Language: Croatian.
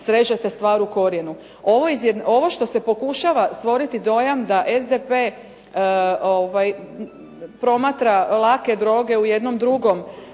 srežete stvar u korijenu. Ovo što se pokušava stvoriti dojam da SDP promatra lake droge u jednom drugom